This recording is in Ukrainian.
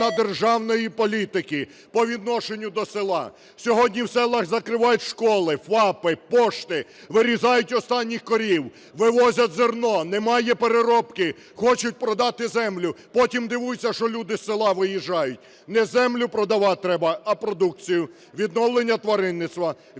державної політики по відношенню до села. Сьогодні в селах закривають школи, ФАПи, пошти, вирізають останніх корів, вивозять зерно, немає переробки. Хочуть продати землю, потім дивуються, що люди з села виїжджають. Не землю продавать треба, а продукцію. Відновлення тваринництва, відновлення